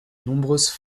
nombreuses